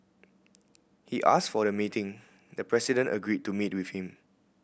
he asked for the meeting the president agreed to meet with him